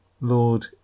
Lord